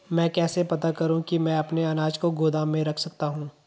मैं कैसे पता करूँ कि मैं अपने अनाज को गोदाम में रख सकता हूँ?